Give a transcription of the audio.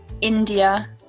india